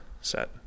set